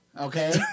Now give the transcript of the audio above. Okay